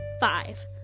Five